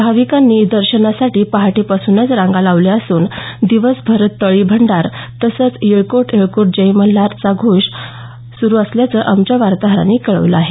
भाविकांनी दर्शनासाठी पहाटेपासूनच रांगा लावल्या असून दिवसभर तळी भंडार तसंच येळकोट येळकोट जय मल्हारचा जयघोष सुरू असल्याचं आमच्या वातोहरानं कळवल आहे